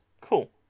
Cool